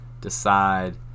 decide